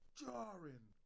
jarring